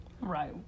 Right